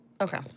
Okay